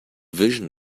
vision